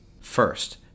First